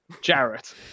Jarrett